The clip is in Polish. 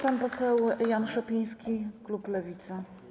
Pan poseł Jan Szopiński, klub Lewica.